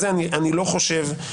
מעבר לזה, לא היה שימוש בזה.